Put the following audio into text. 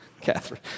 Catherine